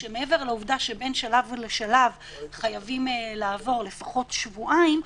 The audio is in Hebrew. מעבר לעובדה שבין שלב לשלב חייבים לעבור לפחות שבועיים,